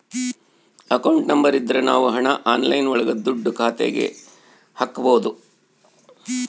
account number ಇದ್ರ ನಾವ್ ಹಣ ಆನ್ಲೈನ್ ಒಳಗ ದುಡ್ಡ ಖಾತೆಗೆ ಹಕ್ಬೋದು